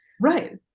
Right